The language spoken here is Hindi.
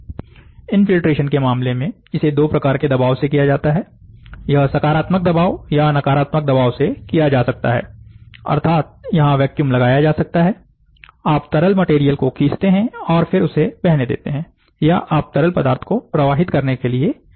इनफील्ट्रेशन के मामले में में इसे दो प्रकार के दबाव से किया जाता है यह सकारात्मक दबाव या नकारात्मक दबाव से किया जा सकता है अर्थात यहां वैक्यूम लगाया जा सकता है आप तरल मटेरियल को खींचते हैं और फिर उसे बहने देते हैं या आप तरल पदार्थ को प्रवाहित करने के लिए दबाव लगाते हैं